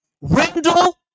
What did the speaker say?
Randall